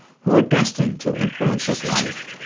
who were destined to influence his life.